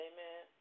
Amen